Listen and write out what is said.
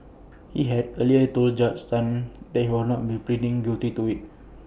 he had earlier told Judge Tan that he would not be pleading guilty to IT